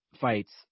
fights